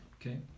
Okay